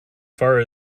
far